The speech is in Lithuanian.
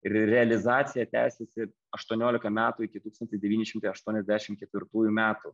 ir realizacija tęsėsi aštuoniolika metų iki tūkstantis devyni šimtai aštuoniasdešim ketvirtųjų metų